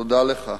תודה לך.